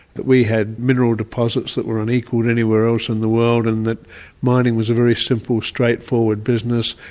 that we had mineral deposits that were unequalled anywhere else in the world, and that mining was very simple, straightforward business,